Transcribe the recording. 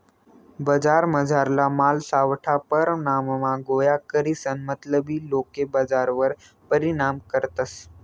बजारमझारला माल सावठा परमाणमा गोया करीसन मतलबी लोके बजारवर परिणाम करतस